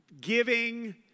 Giving